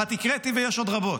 אחת הקראתי, ויש עוד רבות.